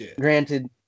Granted